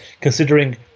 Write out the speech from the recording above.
considering